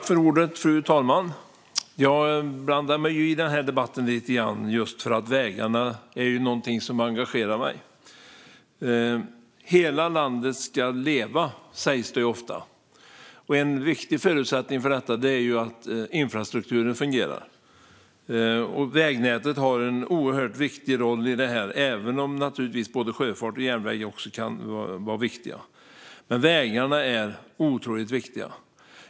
Fru talman! Jag blandar mig i den här debatten lite grann just för att vägarna är någonting som engagerar mig. Hela landet ska leva, sägs det ofta, och en viktig förutsättning för detta är att infrastrukturen fungerar. Vägnätet har en oerhört viktig roll här, även om naturligtvis både sjöfart och järnväg också kan vara viktiga. Men vägarna är otroligt viktiga.